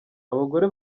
abagore